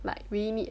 like really need